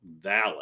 valid